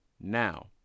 now